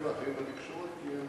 ואחרים בתקשורת, כי הם